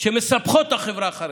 שמסבכות את החברה החרדית,